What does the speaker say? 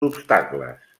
obstacles